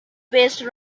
based